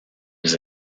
was